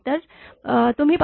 तर तुम्ही 5